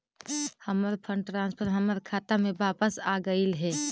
हमर fund transfer हमर खाता में वापस आगईल हे